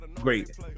great